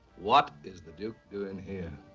what is the duke doing here?